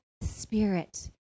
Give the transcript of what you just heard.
spirit